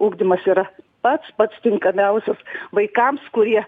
ugdymas yra pats pats tinkamiausias vaikams kurie